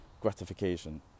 gratification